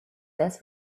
this